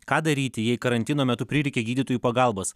ką daryti jei karantino metu prireikė gydytojų pagalbos